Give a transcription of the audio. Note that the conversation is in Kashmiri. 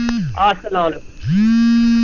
اَلسلام علیکُم